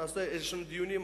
נקיים דיונים,